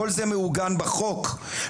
כל זה מעוגן בחוק.